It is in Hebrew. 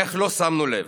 איך לא שמנו לב.